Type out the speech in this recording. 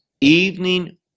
evening